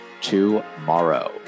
tomorrow